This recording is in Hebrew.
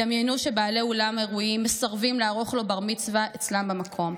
דמיינו שבעלי אולם אירועים מסרבים לערוך לו בר-מצווה אצלם במקום.